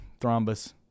thrombus